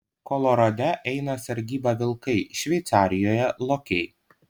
kolorade eina sargybą vilkai šveicarijoje lokiai